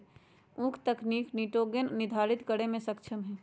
उख तनिक निटोगेन निर्धारितो करे में सक्षम हई